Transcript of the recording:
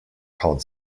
called